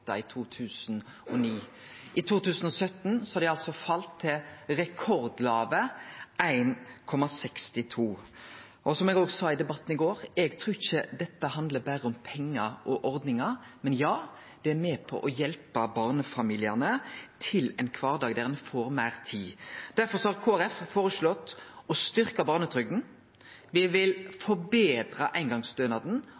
til rekordlåge 1,62. Som eg òg sa i debatten i går: Eg trur ikkje dette handlar berre om pengar og ordningar, men ja, det er med på å hjelpe barnefamiliane til ein kvardag der ein får meir tid. Derfor har Kristeleg Folkeparti føreslått å styrkje barnetrygda. Vi vil